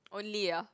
only ah